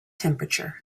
temperature